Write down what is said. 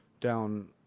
down